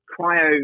cryo